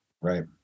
Right